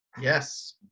Yes